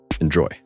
Enjoy